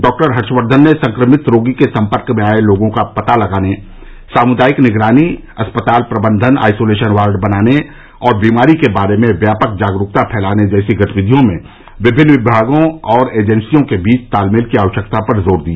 doctor Harshvardhan ने संक्रमित रोगी के संपर्क में आये लोगों का पता लगाने सामुदायिक निगरानी अस्पताल प्रबंधन आइसोलेशन वार्ड बनाने और बीमारी के बारे में व्यापक जागरूकता फैलाने जैसी गतिविधियों में विभिन्न विभागों और एजेंसियों के बीच तालमेल की आवश्यकता पर जोर दिया